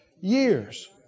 years